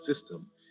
system